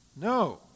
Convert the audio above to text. No